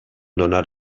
donar